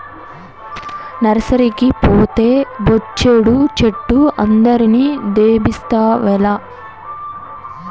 నర్సరీకి పోతే బొచ్చెడు చెట్లు అందరిని దేబిస్తావేల